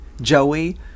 Joey